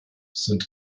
sind